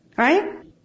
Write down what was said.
Right